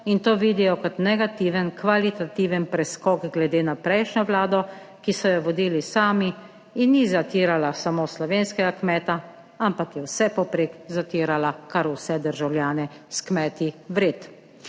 in to vidijo kot negativen kvalitativen preskok glede na prejšnjo vlado, ki so jo vodili sami in ni zatirala samo slovenskega kmeta, ampak je vsepovprek zatirala kar vse državljane s kmeti vred.